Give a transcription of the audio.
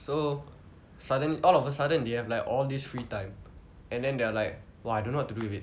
so sudden all of a sudden you have like all this free time and then they are like !wah! I don't know what to do with it